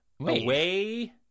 away